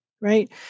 right